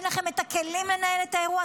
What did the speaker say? אין לכם את הכלים לנהל את האירוע,